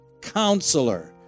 Counselor